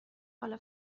حالا